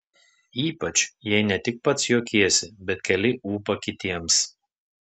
ypač jei ne tik pats juokiesi bet keli ūpą kitiems